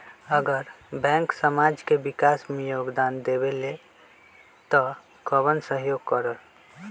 अगर बैंक समाज के विकास मे योगदान देबले त कबन सहयोग करल?